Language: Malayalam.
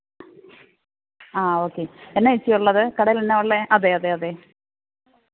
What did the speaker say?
ആ ഓക്കെ എന്നാ ചേച്ചി ഉള്ളത് കടയിൽ എന്നാ ഉള്ളത് അതെ അതെ അതെ